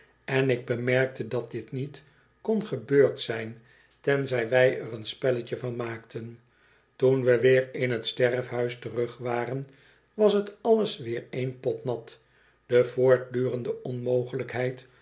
en ik bemerkte dat dit niet kon gebeurd zijn tenzij wij er een spelletje van maakten toen we weer in t sterfhuis terug waren was t alles weer één pot nat de voortdurenden onmogelijkheid